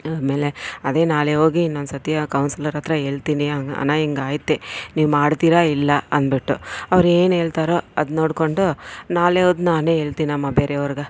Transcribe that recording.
ಆಮೇಲೆ ಅದೇ ನಾಳೆ ಹೋಗಿ ಇನ್ನೊಂದ್ಸತಿ ಆ ಕೌನ್ಸ್ಲರತ್ರ ಹೇಳ್ತೀನಿ ಅಣ್ಣ ಹಿಂಗಯ್ತೆ ನೀವು ಮಾಡ್ತೀರೋ ಇಲ್ಲ ಅಂದ್ಬಿಟ್ಟು ಅವ್ರು ಏನು ಹೇಳ್ತಾರೋ ಅದು ನೋಡ್ಕೊಂಡು ನಾಳೆ ನಾನೇ ಹೇಳ್ತಿನಮ್ಮ ಬೇರೆಯವ್ರಿಗೆ